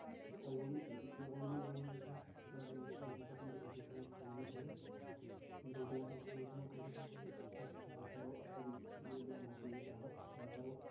تۄہہ ووٚنوُ یہِ ووٚن مےٚ ؤنہِ یہِ کَتھ مطلب یِم چھِ یِمن چھِ آسان برونٛٹھٕے تھٲومٕژ پَلیننٛگ کٔرِتھ برونٛہَے آسان تھوومُت یمو کٔرِتھ مطلب أسۍ کیٚاہ کَرو اَگر یہِ بیٚمار گٔے یہِ گاو أسۍ کیٚاہ کَرو